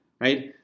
right